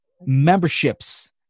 memberships